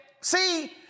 see